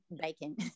bacon